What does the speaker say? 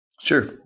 Sure